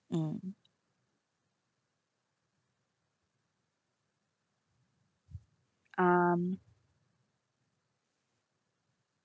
mm um